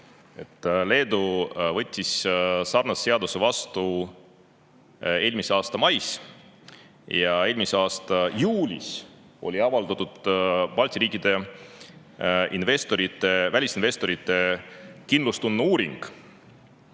Leedu võttis sarnase seaduse vastu eelmise aasta mais ja eelmise aasta juulis avaldati Balti riikide välisinvestorite kindlustunde uuring.